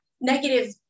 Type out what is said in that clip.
negative